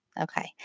Okay